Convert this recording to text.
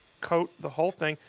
coat the whole thing.